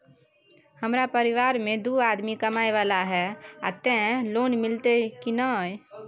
हमरा परिवार में दू आदमी कमाए वाला हे ते लोन मिलते की ने?